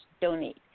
donate